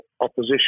opposition